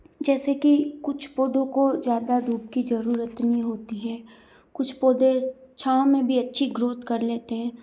जैसे कि कुछ पौधों को ज़्यादा धूप की ज़रूरत नहीं होती है कुछ पौधे छाँव में भी अच्छी ग्रोथ कर लेते हैं